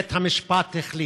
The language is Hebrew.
בית-המשפט החליט.